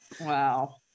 Wow